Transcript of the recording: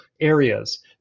areas